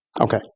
okay